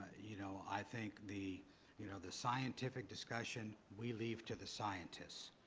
you know, i think the you know the scientific discussion, we leave to the scientists.